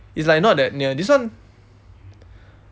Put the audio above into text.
is like not that near this one